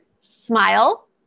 smile